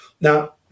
Now